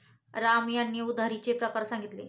राम यांनी उधारीचे प्रकार सांगितले